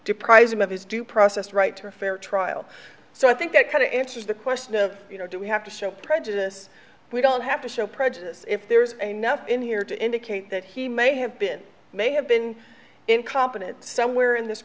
deprives them of his due process right to a fair trial so i think that kind of answers the question of you know do we have to show prejudice we don't have to show prejudice if there is a nothing here to indicate that he may have been may have been incompetent somewhere in this